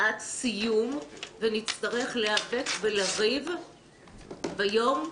שעת סיום ונצטרך להיאבק ולריב ביום הזה.